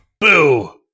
Boo